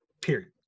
period